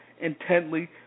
intently